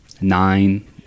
nine